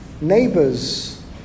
neighbors